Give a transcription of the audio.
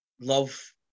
love